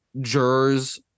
jurors